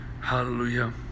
Hallelujah